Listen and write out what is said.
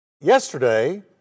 yesterday